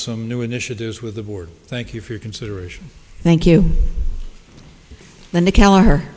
some new initiatives with the board thank you for your consideration thank you and the calendar